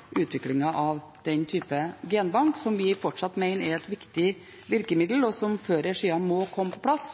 av en slik genbank – som vi fortsatt mener er et viktig virkemiddel, og som før eller siden må komme på plass.